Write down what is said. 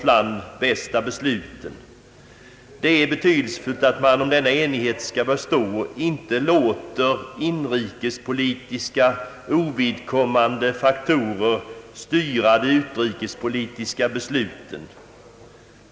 Om denna enighet skall bestå är det betydelsefullt att man inte låter ovidkommande inrikespolitiska faktorer styra de utrikespolitiska besluten.